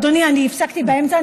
אדוני, אני הפסקתי באמצע.